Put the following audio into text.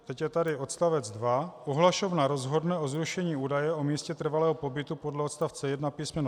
Teď je tady odstavec 2: Ohlašovna rozhodne o zrušení údaje o místě trvalého pobytu podle odstavce 1 písm.